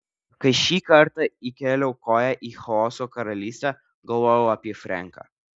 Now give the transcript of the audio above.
kai šį kartą įkėliau koją į chaoso karalystę galvojau apie frenką